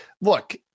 look